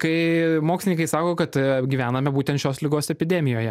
kai mokslininkai sako kad gyvename būtent šios ligos epidemijoje